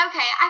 Okay